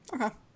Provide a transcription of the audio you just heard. Okay